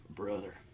brother